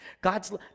God's